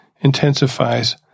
intensifies